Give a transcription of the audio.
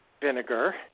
vinegar